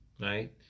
right